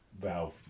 valve